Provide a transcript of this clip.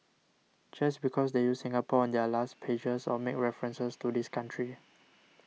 just because they use Singapore on their last pages or make references to this country